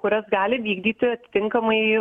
kurias gali vykdyti atitinkamai